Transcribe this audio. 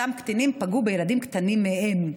שאותם קטינים פגעו בילדים קטנים מהם.